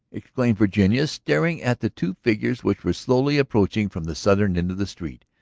exclaimed virginia, staring at the two figures which were slowly approaching from the southern end of the street.